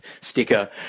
sticker